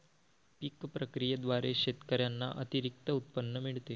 पीक प्रक्रियेद्वारे शेतकऱ्यांना अतिरिक्त उत्पन्न मिळते